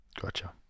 Gotcha